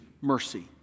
mercy